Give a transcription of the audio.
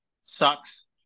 Sucks